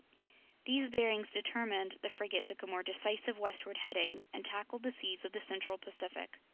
these bearings determined, the frigate took a more decisive westward heading and tackled the seas of the central pacific.